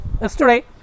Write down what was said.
yesterday